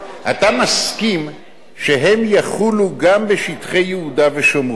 אתה מסכים שהם יחולו גם בשטחי יהודה ושומרון.